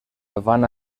van